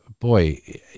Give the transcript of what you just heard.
boy